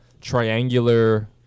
triangular